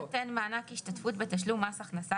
גם כתוב "לא יינתן מענק השתתפות בתשלום מס הכנסה